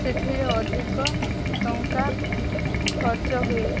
ସେଥିରେ ଅଧିକ ଟଙ୍କା ଖର୍ଚ୍ଚ ହୁଏ